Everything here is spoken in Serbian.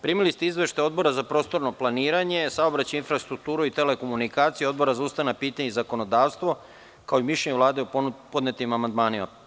Primili ste izveštaje Odbora za prostorno planiranje, saobraćaj, infrastrukturu i telekomunikacije i Odbora za ustavna pitanja i zakonodavstvo, kao i mišljenje Vlade o podnetim amandmanima.